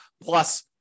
plus